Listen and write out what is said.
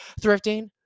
thrifting